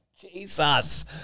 Jesus